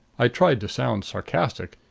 i tried to sound sarcastic,